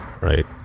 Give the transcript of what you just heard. right